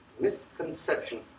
misconception